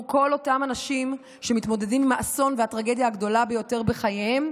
כל אותם אנשים שמתמודדים עם האסון והטרגדיה הגדולה ביותר בחייהם,